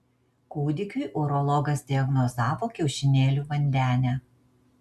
kūdikiui urologas diagnozavo kiaušinėlių vandenę